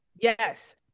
Yes